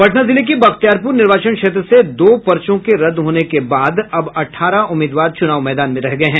पटना जिले की बख्तियारपुर निर्वाचन क्षेत्र से दो पर्चों के रद्द होने के बाद अब अठारह उम्मीदवार चुनाव मैदान में रह गये हैं